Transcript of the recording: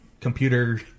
computer